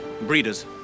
breeders